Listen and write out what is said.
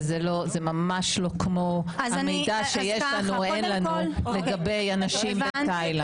וזה ממש לא כמו המידע שיש לנו או אין לנו לגבי אנשים בתאילנד.